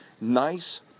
nice